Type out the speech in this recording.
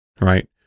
right